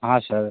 हाँ सर